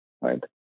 right